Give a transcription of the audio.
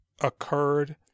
occurred